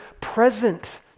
present